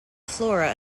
flora